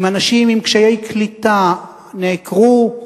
אנשים עם קשיי קליטה, נעקרו,